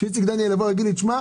שאיציק דניאל יבוא ויגיד לי: תשמע,